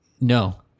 No